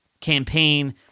campaign